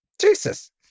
Jesus